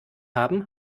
haben